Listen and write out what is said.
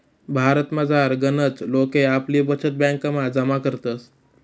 भारतमझार गनच लोके आपली बचत ब्यांकमा जमा करतस